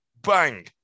bang